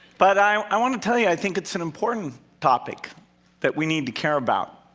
but i i want to tell you, i think it's an important topic that we need to care about.